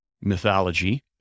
mythology